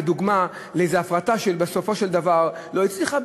דוגמה לאיזה הפרטה שבסופו של דבר לא הצליחה.